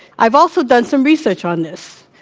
i've also done some research on this.